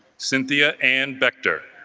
cynthia and vector